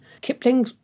Kipling